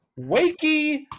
Wakey